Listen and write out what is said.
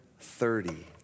thirty